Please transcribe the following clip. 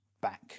back